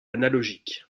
analogique